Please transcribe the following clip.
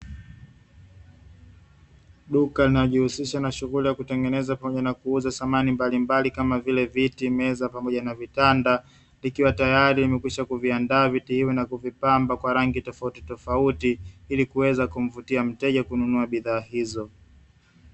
Duka linalojihusisha na shughuli ya kutengeneza pamoja na kuuza samani mbalimbali, kama vile; viti, meza pamoja na vitanda. Vikiwa tayari wamekwisha kuviandaa viti hivyo na kuvipamba kwa rangi tofautitofauti ili kuweza kumvutia mteja kununua bidhaa hizo.